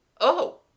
Oh